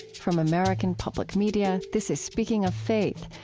from american public media, this isspeaking of faith,